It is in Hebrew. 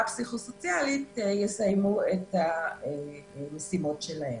פסיכוסוציאלית יסיימו את המשימות שלהם.